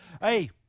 hey